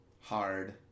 hard